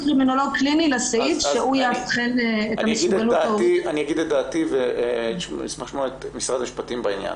את דעתי ואשמח לשמוע את משרד המשפטים בעניין.